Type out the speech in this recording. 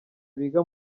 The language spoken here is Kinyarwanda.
biga